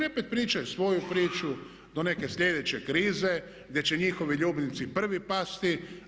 I one opet pričaju svoju priču do neke sljedeće krize gdje će njihovi ljubimci prvi pasti.